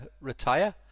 retire